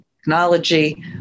technology